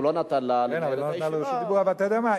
אתה יודע מה,